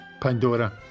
Pandora